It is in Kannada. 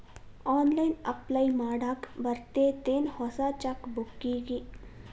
ಆನ್ಲೈನ್ ಅಪ್ಲೈ ಮಾಡಾಕ್ ಬರತ್ತೇನ್ ಹೊಸ ಚೆಕ್ ಬುಕ್ಕಿಗಿ